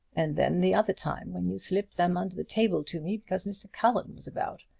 and then, the other time when you slipped them under the table to me because mr. cullen was about!